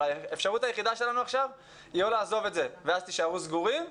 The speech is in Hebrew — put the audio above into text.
אבל האפשרות היחידה שלנו עכשיו היא או לעזוב את זה ואז תישארו סגורים,